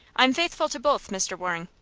i'm faithful to both, mr. waring.